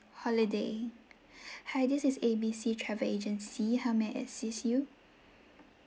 holiday hi this is A B C travel agency how may I assist you